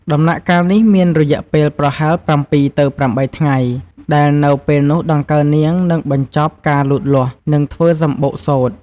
ដំណាក់កាលនេះមានរយៈពេលប្រហែល ៧ ទៅ ៨ ថ្ងៃ ដែលនៅពេលនោះដង្កូវនាងនឹងបញ្ចប់ការលូតលាស់ និងធ្វើសំបុកសូត្រ។